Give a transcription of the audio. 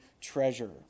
treasure